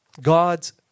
God's